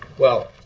well,